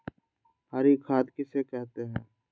हरी खाद किसे कहते हैं?